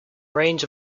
range